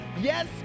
yes